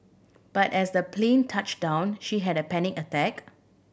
but as the plane touched down she had a panic attack